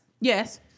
Yes